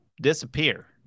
Disappear